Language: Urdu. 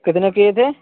کتنا چاہیے تھے